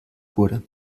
wurde